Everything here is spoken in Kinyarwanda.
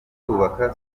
kubaka